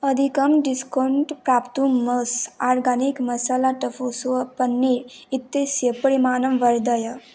अधिकं डिस्कौण्ट् प्राप्तुं मास् आर्गानिक् मसाला टफू सुवा पन्नीर् इत्यस्य परिमाणं वर्धय